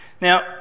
now